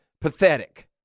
Pathetic